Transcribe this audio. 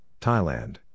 Thailand